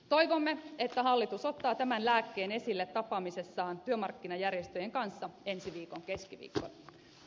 toivomme että hallitus ottaa tämän lääkkeen esille tapaamisessaan työmarkkinajärjestöjen kanssa ensi viikon keskiviikkona